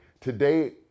today